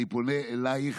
אני פונה אלייך,